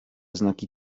znaki